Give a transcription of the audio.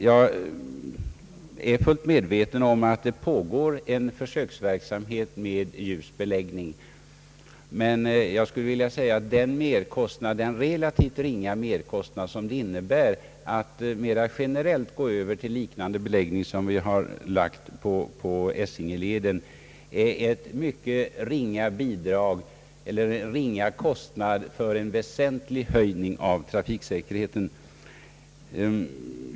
Jag är fullt medveten om att det på-' går en försöksverksamhet med ljus beläggning, men jag skulle vilja säga att den merkostnad som det medför att mera generellt gå över till en beläggning liknande den som nu finns på Essingeleden innebär en mycket ringa utgift för en väsentlig höjning av trafiksäkerheten.